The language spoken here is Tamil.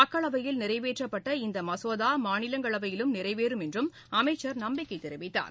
மக்களவையில் நிறைவேற்றப்பட்ட இந்த மசோகா மாநிலங்களவையிலும் நிறைவேறும் என்று அமைச்சர் நம்பிக்கை தெரிவித்தார்